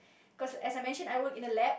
cause as I mention I work in a lab